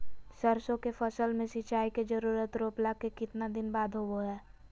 सरसों के फसल में सिंचाई के जरूरत रोपला के कितना दिन बाद होबो हय?